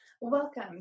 Welcome